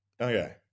Okay